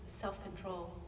self-control